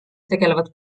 tegelevad